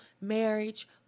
marriage